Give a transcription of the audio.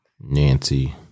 Nancy